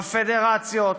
בפדרציות,